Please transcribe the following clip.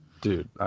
Dude